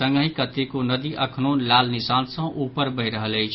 संगहि कतेको नदी अखनो लाल निशान सँ ऊपर बहि रहल अछि